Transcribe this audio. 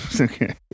Okay